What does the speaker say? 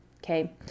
Okay